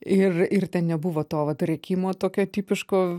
ir ir ten nebuvo to vat rėkimo tokio tipiško